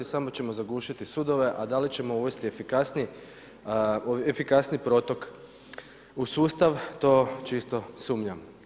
Samo ćemo zagušiti sudove, a da li ćemo uvesti efikasniji protok u sustav, to čisto sumnjam.